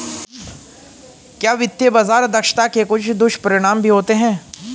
क्या वित्तीय बाजार दक्षता के कुछ दुष्परिणाम भी होते हैं?